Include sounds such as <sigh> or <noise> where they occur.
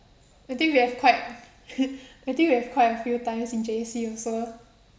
I think we have quite <laughs> I think we have quite a few times in J_C also